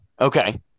Okay